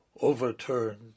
overturned